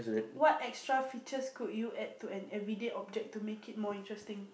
what extra features could you add to an everyday object to make it more interesting